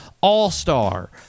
all-star